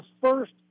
first